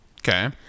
Okay